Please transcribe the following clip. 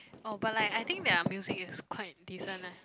oh but like I think their music is quite decent leh